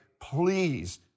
please